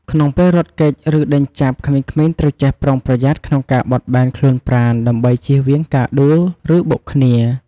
ក្នុងពេលរត់គេច ឬដេញចាប់ ក្មេងៗត្រូវចេះប្រុងប្រយ័ត្នក្នុងការបត់បែនខ្លួនប្រាណ ដើម្បីចៀសវាងការដួល ឬបុកគ្នា។